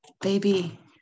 Baby